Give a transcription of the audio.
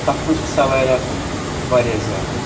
تَتھ منٛز چھِ سوارِ آسان واریاہ زیادٕ